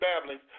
babblings